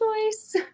choice